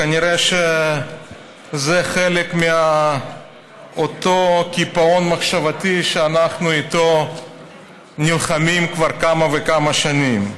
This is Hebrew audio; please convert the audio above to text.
כנראה שזה חלק מאותו קיפאון מחשבתי שאנחנו נלחמים בו כבר כמה וכמה שנים.